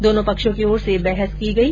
दोनों पक्षों की ओर से बहस की गई